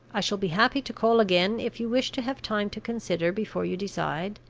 i shall be happy to call again if you wish to have time to consider before you decide